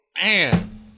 Man